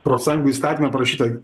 profsąjungų įstatyme parašyta